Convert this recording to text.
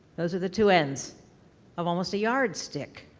those are the two ends of almost a yardstick,